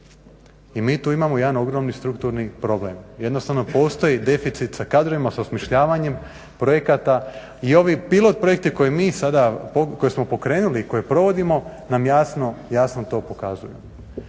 I mi tu imamo jedan ogromni strukturni problem, jednostavno postoji deficit sa kadrovima sa osmišljavanjem projekata. I ovi pilot projekti koje mi sada koje smo pokrenuli koje provodimo nam jasno to pokazuju.